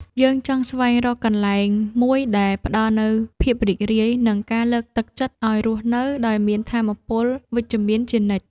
យើងចង់ស្វែងរកកន្លែងមួយដែលផ្ដល់នូវភាពរីករាយ និងការលើកទឹកចិត្តឱ្យរស់នៅដោយមានថាមពលវិជ្ជមានជានិច្ច។